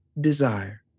desire